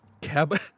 Cab